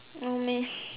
no meh